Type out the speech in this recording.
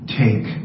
take